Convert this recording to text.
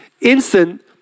instant